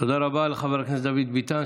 תודה רבה לחבר הכנסת דוד ביטן,